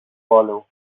follow